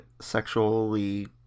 sexually